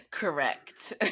Correct